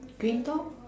green top